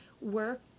work